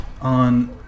on